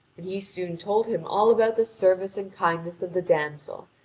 and he soon told him all about the service and kindness of the damsel,